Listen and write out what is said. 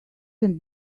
and